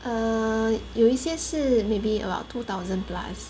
err 有一些事 maybe about two thousand plus